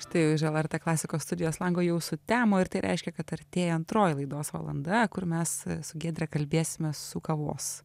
štai už lrt klasikos studijos lango jau sutemo ir tai reiškia kad artėja antroji laidos valanda kur mes su giedre kalbėsimės su kavos